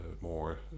more